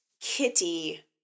kitty